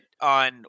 on